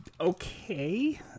Okay